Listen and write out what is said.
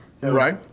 Right